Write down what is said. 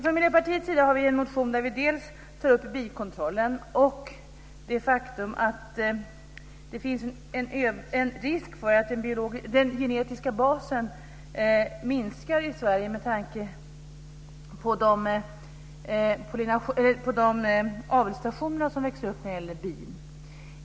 Från Miljöpartiets sida tar vi i en motion upp bikontrollen och det faktum att det finns en risk för att den genetiska basen minskar i Sverige med tanke på de avelsstationer som växer upp när det gäller bin.